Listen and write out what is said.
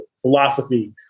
philosophy